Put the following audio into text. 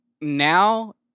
now